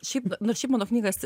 šiaip na nors šiaip mano knygas